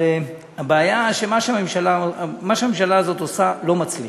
אבל הבעיה היא שמה שהממשלה הזאת עושה, לא מצליח.